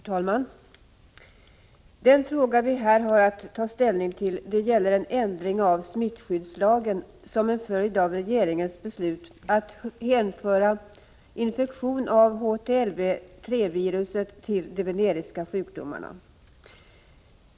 Fru talman! Den fråga vi nu har att ta ställning till gäller en ändring av smittskyddslagen. Denna ändring är en följd av regeringens beslut att hänföra infektion av HTLV-III-virus till de veneriska sjukdomarna.